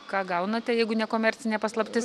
ką gaunate jeigu ne komercinė paslaptis